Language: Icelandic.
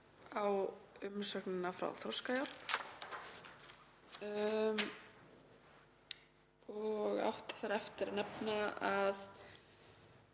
í umsögnina frá Þroskahjálp og átti þar eftir að nefna að